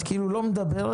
את כאילו לא מדברת.